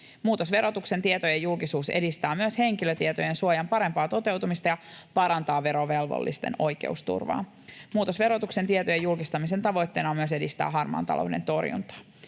Muutosverotuksen tietojen julkisuus edistää myös henkilötietojen suojan parempaa toteutumista ja parantaa verovelvollisten oikeusturvaa. Muutosverotuksen tietojen julkistamisen tavoitteena on myös edistää harmaan talouden torjuntaa.